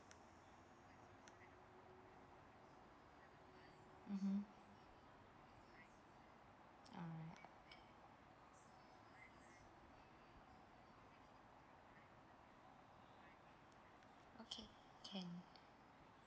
mmhmm okay can